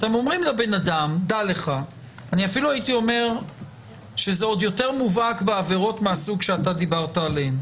אני גם חושב שזה אפילו עוד יותר מובהק בעבירות מהסוג שאתה דיברת עליו.